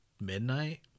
midnight